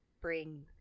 bring